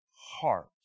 heart